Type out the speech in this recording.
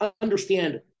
understand